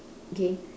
okay